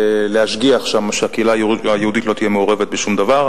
להשגיח שם שהקהילה היהודית לא תהיה מעורבת בדבר.